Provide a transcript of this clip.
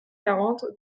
quarante